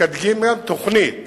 מקדמים תוכנית